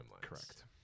Correct